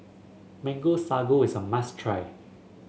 Mango Sago is a must try